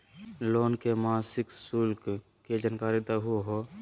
Loan के मासिक शुल्क के जानकारी दहु हो?